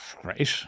great